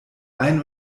ein